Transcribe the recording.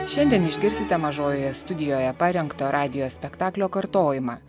šiandien išgirsite mažojoje studijoje parengto radijo spektaklio kartojimą